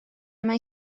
mae